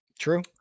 True